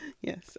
Yes